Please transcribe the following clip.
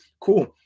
cool